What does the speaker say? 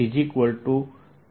ds